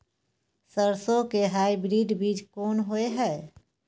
सरसो के हाइब्रिड बीज कोन होय है?